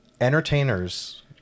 entertainers